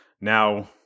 Now